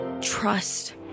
trust